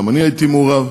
גם אני הייתי מעורב,